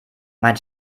mein